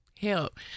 Help